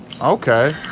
Okay